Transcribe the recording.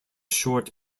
short